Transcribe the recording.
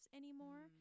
anymore